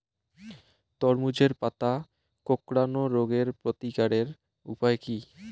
তরমুজের পাতা কোঁকড়ানো রোগের প্রতিকারের উপায় কী?